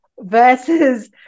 versus